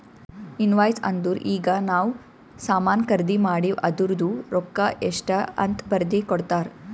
invoice ಅಂದುರ್ ಈಗ ನಾವ್ ಸಾಮಾನ್ ಖರ್ದಿ ಮಾಡಿವ್ ಅದೂರ್ದು ರೊಕ್ಕಾ ಎಷ್ಟ ಅಂತ್ ಬರ್ದಿ ಕೊಡ್ತಾರ್